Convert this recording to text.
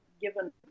given